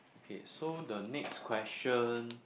okay so the next question